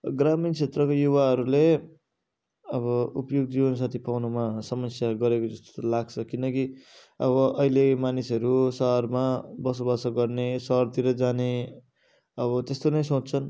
ग्रामीण क्षेत्रको युवाहरूले अब उपयुक्त जीवन साथी पाउनुमा समस्या गरेको जस्तो त लाग्छ किनकि अब अहिले मानिसहरू सहरमा बसो बासो गर्ने सहरतिर जाने अब त्यस्तो नै सोच्छन्